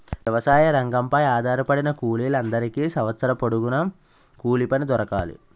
వ్యవసాయ రంగంపై ఆధారపడిన కూలీల అందరికీ సంవత్సరం పొడుగున కూలిపని దొరకాలి